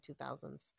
2000s